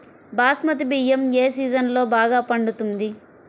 బాస్మతి బియ్యం ఏ సీజన్లో బాగా పండుతుంది?